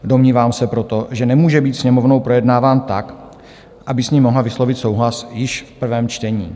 Domnívám se proto, že nemůže být Sněmovnou projednáván tak, aby s ním mohla vyslovit souhlas již v prvém čtení.